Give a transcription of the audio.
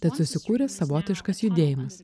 tad susikūrė savotiškas judėjimas